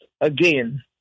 again